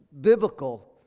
biblical